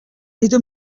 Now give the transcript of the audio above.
ditu